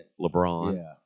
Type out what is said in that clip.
LeBron